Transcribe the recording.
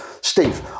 Steve